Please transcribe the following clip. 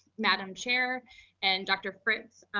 madam chair and dr. fritz.